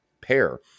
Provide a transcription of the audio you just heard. pair